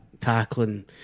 tackling